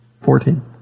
Fourteen